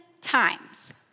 times